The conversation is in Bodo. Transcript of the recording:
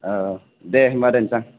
आव दे होमबा दोन्नायसां